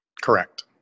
Correct